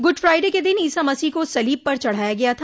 good Friday के दिन ईसा मसीह को सलीब पर चढाया गया था